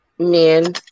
men